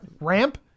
Ramp